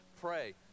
Pray